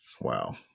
Wow